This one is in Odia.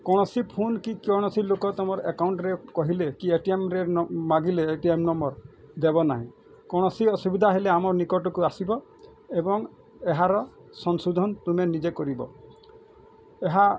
କୌଣସି ଫୋନ୍ କି କୈଣସି ଲୋକ ତମର ଏକାଉଣ୍ଟରେ କହିଲେ କି ଏଟିଏମ୍ରେ ନ ମାଗିଲେ ଏ ଟି ଏମ୍ ନମ୍ବର୍ ଦେବ ନାହିଁ କୌଣସି ଅସୁବିଧା ହେଲେ ଆମ ନିକଟକୁ ଆସିବ ଏବଂ ଏହାର ସଂଶୋଧନ ତୁମେ ନିଜେ କରିବ ଏହା